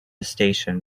station